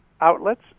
outlets